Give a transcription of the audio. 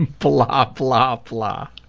and blah ah blah blah.